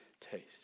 taste